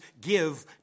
give